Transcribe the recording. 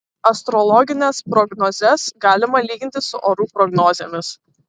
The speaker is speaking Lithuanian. astrologines prognozes galima lyginti su orų prognozėmis